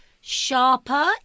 sharper